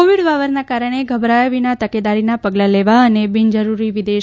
Covid વાવરના કારણે ગભરાયા વિના તકેદારીના પગલાં લેવા અને બીનજરૂરી વિદેશ